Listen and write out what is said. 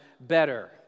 better